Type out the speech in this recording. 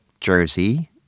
Jersey